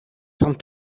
van